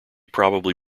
probably